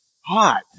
Hot